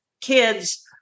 kids